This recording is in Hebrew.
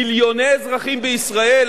מיליוני אזרחים בישראל